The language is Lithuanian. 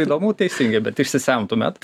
įdomu teisingai bet išsisemtumėt